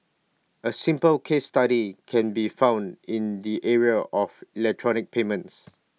A simple case study can be found in the area of electronic payments